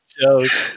joke